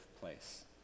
place